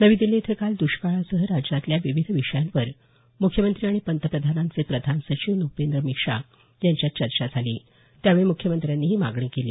नवी दिल्ली इथं काल दष्काळासह राज्यातल्या विविध विषयांवर मुख्यमंत्री आणि पंतप्रधानांचे प्रधान सचिव नुपेंद्र मिश्रा यांच्यात चर्चा झाली त्यावेळी मुख्यमंत्र्यांनी ही मागणी केली